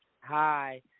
hi